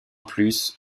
plus